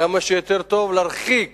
יותר טוב להרחיק